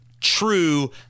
true